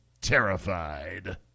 terrified